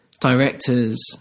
directors